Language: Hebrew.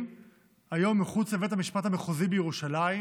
היום מחוץ לבית המשפט המחוזי בירושלים,